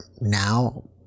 now